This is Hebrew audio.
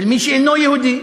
של מי שאינו יהודי.